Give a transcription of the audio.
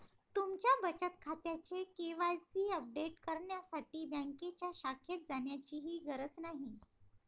तुमच्या बचत खात्याचे के.वाय.सी अपडेट करण्यासाठी बँकेच्या शाखेत जाण्याचीही गरज नाही